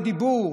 בדיבור?